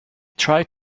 tried